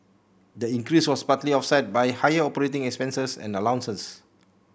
the increase was partly offset by higher operating expenses and allowances